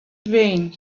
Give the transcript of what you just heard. vain